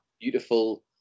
beautiful